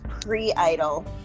pre-idol